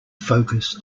focus